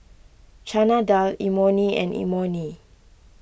Chana Dal Imoni and Imoni